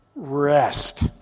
Rest